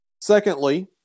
Secondly